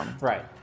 Right